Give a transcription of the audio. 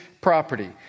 property